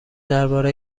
درباره